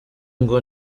ngo